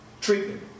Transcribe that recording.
treatment